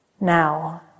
Now